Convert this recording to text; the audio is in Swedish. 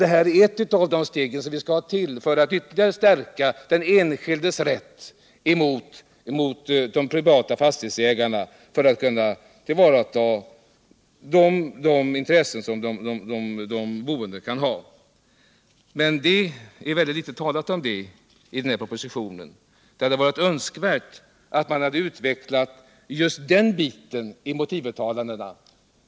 Det är ett steg för att ytterligare stärka den enskildes rätt gentemot de privata fastighetsägarna och för att kunna tillvarata de intressen som de boende kan ha. Men det är väldigt litet talat om det i denna proposition. Det hade varit önskvärt att man hade utvecklat just den biten i motivuttalandena.